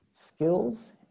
Skills